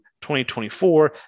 2024